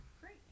Great